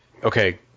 Okay